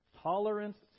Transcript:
Tolerance